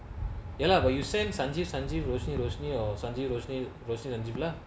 ya lah but you send sanjeev sanjeev rosy rose near or sunday rosli roasted angela